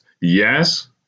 Yes